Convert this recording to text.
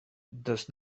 does